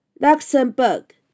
Luxembourg